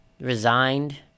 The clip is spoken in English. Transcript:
resigned